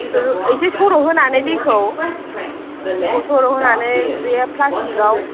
एसे सरहोनानै दैखौ दैखौ सरहोनानै बे प्लासटिकआव